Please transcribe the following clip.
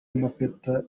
amakarita